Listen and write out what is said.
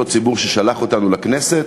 אותו ציבור ששלח אותנו לכנסת.